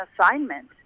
assignment